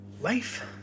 Life